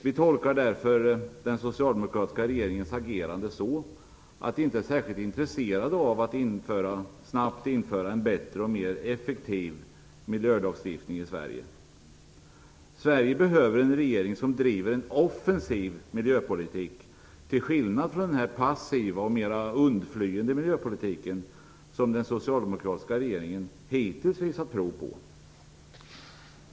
Vi tolkar därför den socialdemokratiska regeringens agerande så, att man inte är särskilt intresserad av att snabbt införa en bättre och mer effektiv miljölagstiftning i Sverige behöver en regering som driver offensiv miljöpolitik, till skillnad från denna passiva och mera undflyende miljöpolitik som den socialdemokratiska regeringen hittills visat prov på.